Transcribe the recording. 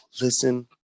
Listen